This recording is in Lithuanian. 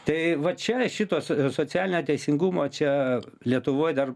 tai va čia šitos socialinio teisingumo čia lietuvoj dar